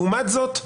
לעומת זאת,